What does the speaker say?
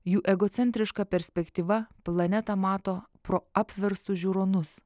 jų egocentriška perspektyva planetą mato pro apverstus žiūronus